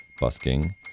busking